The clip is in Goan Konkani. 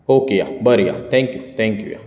ओके बरे थँक्यू थँक्यू